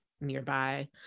nearby